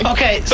Okay